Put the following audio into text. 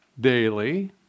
daily